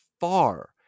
far